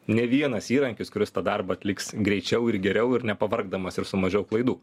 ne vienas įrankis kuris tą darbą atliks greičiau ir geriau ir nepavargdamas ir su mažiau klaidų